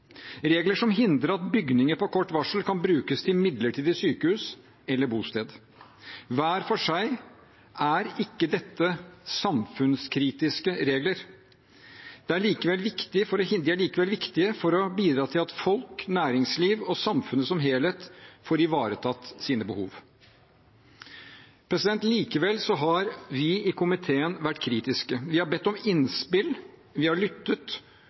regler som hindrer at bygninger på kort varsel kan brukes til midlertidige sykehus eller bosteder Hver for seg er ikke dette samfunnskritiske regler. De er likevel viktige for å bidra til at folk, næringsliv og samfunnet som helhet får ivaretatt sine behov. Likevel har vi i komiteen vært kritiske. Vi har bedt om innspill. Vi har lyttet.